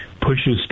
pushes